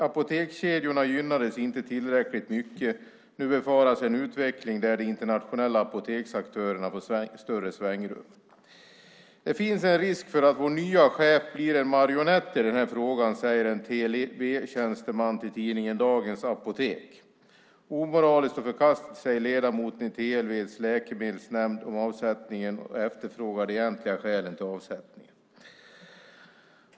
Apotekskedjorna gynnades inte tillräckligt mycket. Nu befaras en utveckling där de internationella apoteksaktörerna får ett större svängrum. Det finns en risk för att vår nya chef blir en marionett i den här frågan, säger en TLV-tjänsteman till tidningen Dagens Apotek. "Omoraliskt och förkastligt", säger ledamoten i TLV:s läkemedelsnämnd om avsättningen och efterfrågar de egentliga skälen till avsättningen.